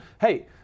hey –